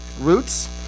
roots